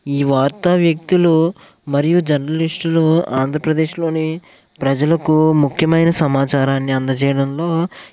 ఈ వార్తా వ్యక్తులు మరియు జర్నలిస్టులు ఆంధ్రప్రదేశ్లోని ప్రజలకు ముఖ్యమైన సమాచారాన్ని అందుచేయడంలో